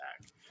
attack